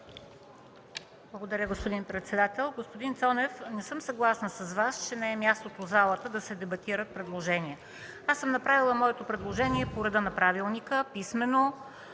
Благодаря, господин председател. Господин Цонев, не съм съгласна с Вас, че не е мястото в залата да се дебатират предложения. Аз съм направила своето предложение по реда на правилника – писмено,